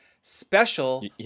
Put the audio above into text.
special